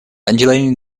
undulating